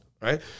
right